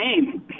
name